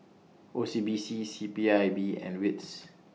O C B C C P I B and WITS